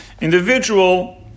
individual